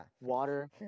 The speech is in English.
water